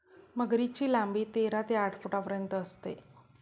मगरीची लांबी तेरा ते अठरा फुटांपर्यंत असते